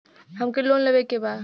हमके लोन लेवे के बा?